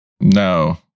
no